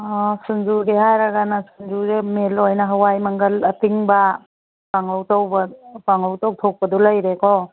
ꯑꯥ ꯁꯤꯡꯖꯨꯒꯤ ꯍꯥꯏꯔꯒꯅ ꯁꯤꯡꯖꯨꯁꯦ ꯃꯦꯜ ꯑꯣꯏꯅ ꯍꯋꯥꯏ ꯃꯪꯒꯜ ꯑꯇꯤꯡꯕ ꯀꯥꯡꯉꯧ ꯇꯧꯊꯣꯛꯄꯗꯨ ꯂꯩꯔꯦꯀꯣ